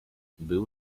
byl